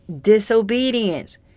disobedience